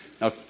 Now